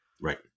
Right